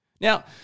Now